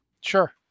Sure